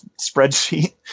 spreadsheet